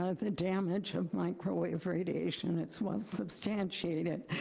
ah the damage of microwave radiation, it was substantiated.